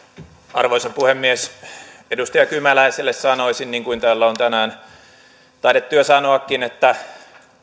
arvoisa puhemies edustaja kymäläiselle sanoisin niin kuin täällä on tänään taidettu jo sanoakin että